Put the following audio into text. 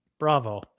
bravo